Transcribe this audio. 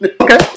okay